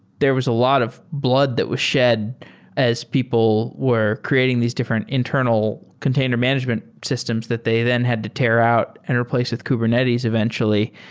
there was a lot of blood that was shed as people were creating these different internal container management systems that they then had to tear out and replace with kubernetes eventually.